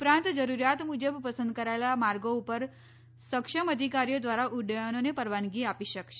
ઉપરાંત જરૂરીયાત મુજબ પસંદ કરાયેલા માર્ગો ઉપર સક્ષમ અધિકારીઓ દ્વારા ઉદ્દયનોને પરવાનગી આપી શકશે